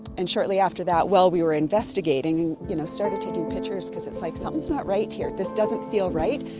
and shortly after that while we were investigating we you know started taking pictures, because it's like somethings not right here. this doesn't feel right.